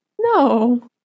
No